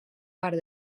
part